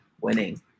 winning